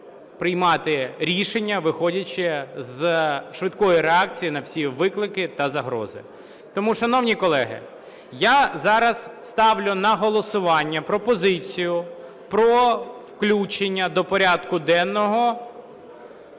приймати рішення виходячи з швидкої реакції на всі виклики та загрози. Тому, шановні колеги, я зараз ставлю на голосування пропозицію про включення до порядку денного